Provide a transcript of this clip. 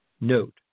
note